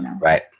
Right